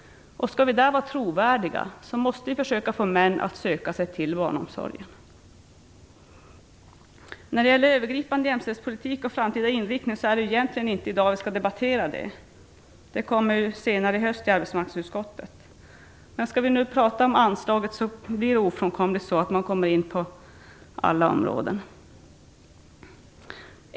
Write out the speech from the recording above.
Skall vi då vara trovärdiga måste vi försöka att få män att söka sig till barnomsorgen. När det gäller övergripande jämställdhetspolitik och framtida inriktning skall vi egentligen inte debattera det i dag. Den frågan kommer senare i höst upp i arbetsmarknadsutskottet. Men om vi nu skall diskutera anslaget kommer man ofrånkomligt in på alla områden.